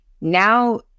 Now